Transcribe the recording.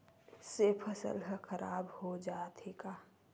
से फसल ह खराब हो जाथे का?